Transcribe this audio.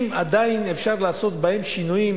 אם עדיין אפשר לעשות בהם שינויים,